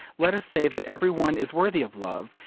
let us say that every one is worthy of love,